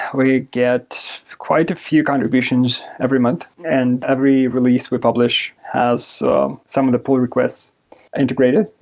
we get quite a few contributions every month. and every release we publish has some of the poll requests integrated.